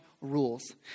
rules